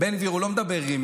בן גביר לא מדבר עם